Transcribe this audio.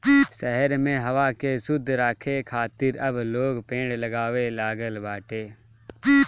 शहर में हवा के शुद्ध राखे खातिर अब लोग पेड़ लगावे लागल बाटे